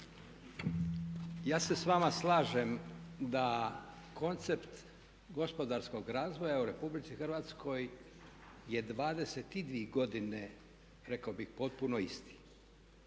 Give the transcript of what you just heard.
Ja se s vama slažem da koncept gospodarskog razvoja u Republici Hrvatskoj je 22 godine rekao bih potpuno isti.